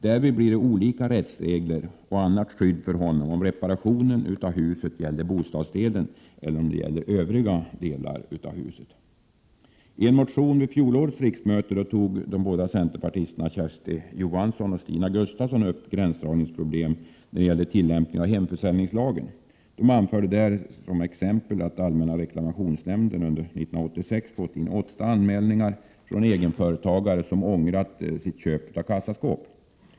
Därvid blir det olika rättsregler och olika skydd för honom, beroende på om reparationen av huset gäller bostadsdelen eller övriga delar av huset. I en motion vid fjolårets riksmöte tog de båda centerpartisterna Kersti Johansson och Stina Gustavsson upp frågan om gränsdragningsproblemen när det gäller tillämpningen av hemförsäljningslagen. De anförde som exempel att allmänna reklamationsnämnden under 1986 hade fått in åtta anmälningar från egenföretagare, som hade ångrat sitt köp av kassaskåp.